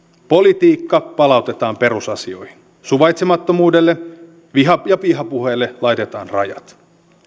politiikka palautetaan perusasioihin suvaitsemattomuudelle ja vihapuheelle laitetaan rajat